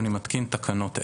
אני מתקין תקנות אלה: